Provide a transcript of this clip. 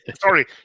sorry